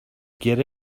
get